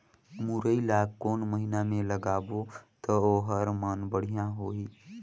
मुरई ला कोन महीना मा लगाबो ता ओहार मान बेडिया होही?